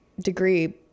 degree